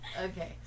okay